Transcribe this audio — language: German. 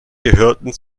gehörten